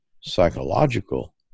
psychological